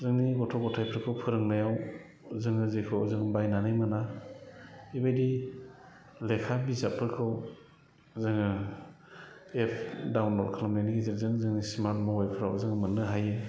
जोंनि गथ' गथायफोरखौ फोरोंनायाव जोङो जेखौ जोङो बायनानै मोना बेबायदि लेखा बिजाबफोरखौ जोङो एप डाउनल'ड खालामनायनि गेजेरजों जोङो स्मार्ट मबाइलफ्राव जोङो मोननो हायो